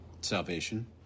Salvation